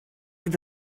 with